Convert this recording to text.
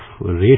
rate